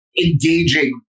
engaging